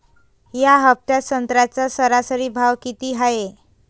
या हफ्त्यात संत्र्याचा सरासरी भाव किती हाये?